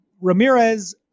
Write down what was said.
ramirez